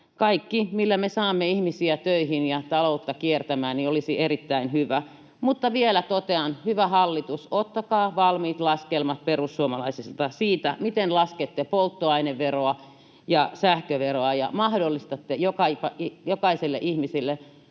kaikki, millä me saamme ihmisiä töihin ja taloutta kiertämään, olisi erittäin hyvää. Mutta vielä totean: hyvä hallitus, ottakaa valmiit laskelmat perussuomalaisilta siitä, miten laskette polttoaineveroa ja sähköveroa ja mahdollistatte jokaiselle ihmiselle